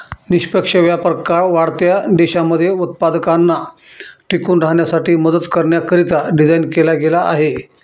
निष्पक्ष व्यापार वाढत्या देशांमध्ये उत्पादकांना टिकून राहण्यासाठी मदत करण्याकरिता डिझाईन केला गेला आहे